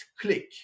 click